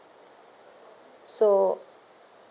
so